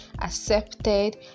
accepted